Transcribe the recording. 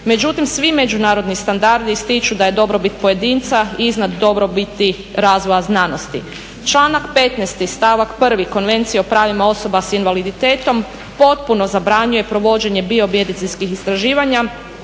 Međutim, svi međunarodni standardi ističu da je dobrobit pojedinca iznad dobrobiti razvoja znanosti. Članak 15. stavak 1. Konvencije o pravima osoba sa invaliditetom potpuno zabranjuje provođenje biomedicinskih istraživanja